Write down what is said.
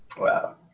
Wow